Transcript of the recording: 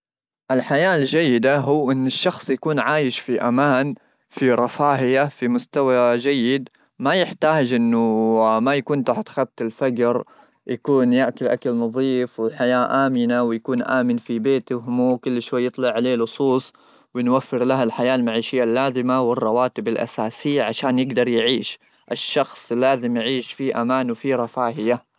الحياه الجيده هو ان الشخص يكون عايش في امان ,في رفاهيه ,في مستوى جيد ما يحتاج انه ما يكون تحت خط الفقر ,يكون ياتي الاكل نظيف والحياه امنه ويكون امن في بيته مو كل شوي يطلع عليه لصوص ونوفر لها الحياه المعيشيه اللازمه والرواتب الاساسيه عشان يقدر يعيش الشخص لازم يعيش في امانه في رفاه.